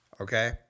okay